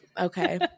Okay